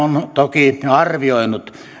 on toki arvioinut